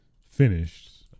finished